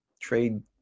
trade